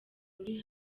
ruri